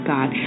God